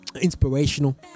inspirational